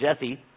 Jesse